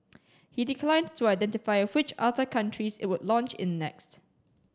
he declined to identify which other countries it would launch in next